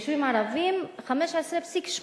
ליישובים הערביים 15.8,